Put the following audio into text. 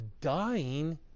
dying